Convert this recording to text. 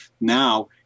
Now